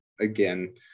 again